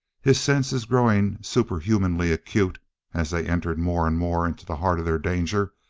his senses growing superhumanly acute as they entered more and more into the heart of their danger,